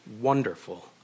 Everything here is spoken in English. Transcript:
wonderful